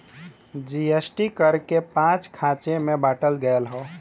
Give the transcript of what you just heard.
GST कर के पाँच खाँचे मे बाँटल गएल हौ